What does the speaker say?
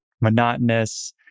monotonous